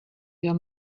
your